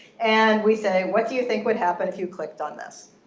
and we say, what do you think would happen if you clicked on this?